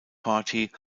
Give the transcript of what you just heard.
party